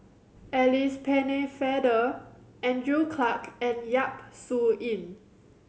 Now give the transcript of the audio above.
Alice Pennefather Andrew Clarke and Yap Su Yin